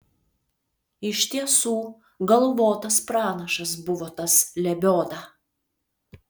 iš tiesų galvotas pranašas buvo tas lebioda